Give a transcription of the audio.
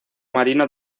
marino